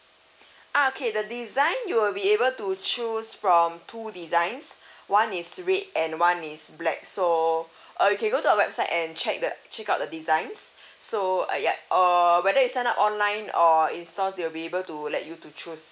ah okay the design you will be able to choose from two designs one is red and one is black so uh you can go to our website and check the check out the designs so uh ya uh whether you sign up online or in store they will be able to let you to choose